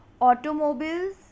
Automobiles